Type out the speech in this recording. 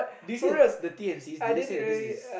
do you see the T and C did they say that this is